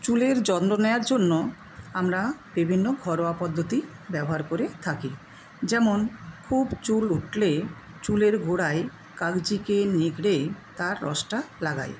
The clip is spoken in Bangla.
চুলের যত্ন নেওয়ার জন্য আমরা বিভিন্ন ঘরোয়া পদ্ধতি ব্যবহার করে থাকি যেমন খুব চুল উঠলে চুলের গোড়ায় কালোজিরে নিঙড়ে তার রসটা লাগাই